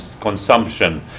consumption